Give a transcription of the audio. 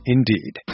Indeed